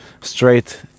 straight